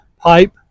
pipe